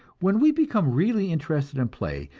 when we become really interested in play,